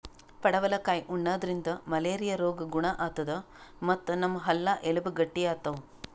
ಪಡವಲಕಾಯಿ ಉಣಾದ್ರಿನ್ದ ಮಲೇರಿಯಾ ರೋಗ್ ಗುಣ ಆತದ್ ಮತ್ತ್ ನಮ್ ಹಲ್ಲ ಎಲಬ್ ಗಟ್ಟಿ ಆತವ್